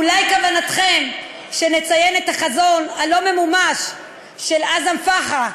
אולי כוונתכם שנציין את החזון הלא-ממומש של עזאם פחה,